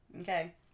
okay